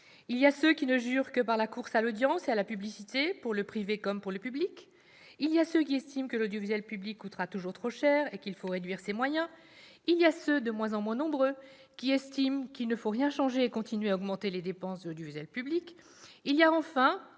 Il y a ceux qui ne jurent que par la course à l'audience et à la publicité, pour le privé comme pour le public. Il y a ceux qui estiment que l'audiovisuel public coûtera toujours trop cher et qu'il faut réduire ses moyens. Il y a ceux, de moins en moins nombreux, qui jugent qu'il ne faut rien changer et qu'il faut continuer à augmenter les dépenses de l'audiovisuel public. Il y a enfin,